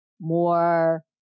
more